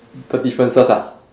the differences ah